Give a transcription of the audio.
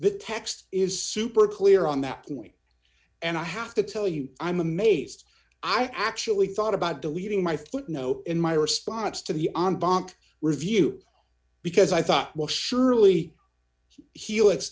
the text is super clear on that point and i have to tell you i'm amazed i actually thought about deleting my footnote in my response to the on bond review because i thought well surely h